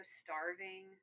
starving